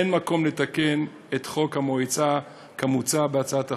אין מקום לתקן את חוק המועצה כמוצע בהצעת החוק,